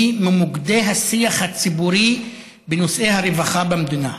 היא ממוקדי השיח הציבורי בנושאי הרווחה במדינה.